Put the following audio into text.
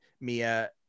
mia